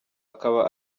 akaba